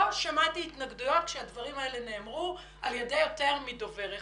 לא שמעתי התנגדויות כשהדברים האלה נאמרו על ידי יותר מדובר אחד.